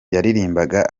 yaririmbaga